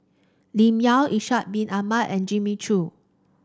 Lim Yau Ishak Bin Ahmad and Jimmy Chok